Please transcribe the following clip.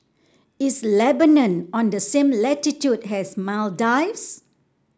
is Lebanon on the same latitude as Maldives